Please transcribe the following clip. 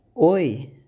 Oi